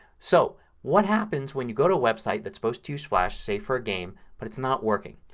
so what happens when you go to a website that's supposed to use flash, say for a game, but it's not working.